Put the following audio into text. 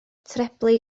treblu